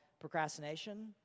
procrastination